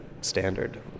standard